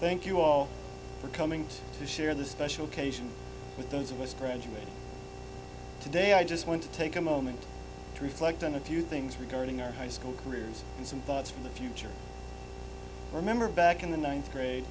thank you all for coming to share this special occasion with those whispering to me today i just want to take a moment to reflect on a few things regarding our high school career and some thoughts from the future remember back in the ninth grade